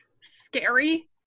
scary